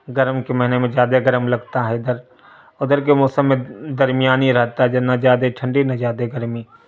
گرم کے مہینے میں زیادہ گرم لگتا ہے ادھر ادھر کے موسم میں درمیانی رہتا ہے نہ زیادہ ٹھنڈی نہ زیادہ گرمی